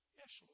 yes